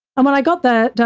and when i got there,